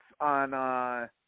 on